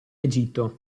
egitto